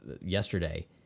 yesterday